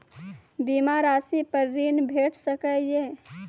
बीमा रासि पर ॠण भेट सकै ये?